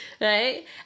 right